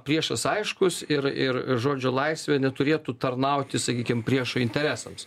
priešas aiškus ir ir žodžio laisvė neturėtų tarnauti sakykim priešo interesams